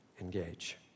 engage